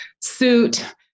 suit